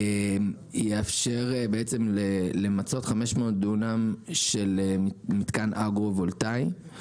יאפשר למצות 500 דונם של מתקן אגרו-וולטאי.